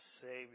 Savior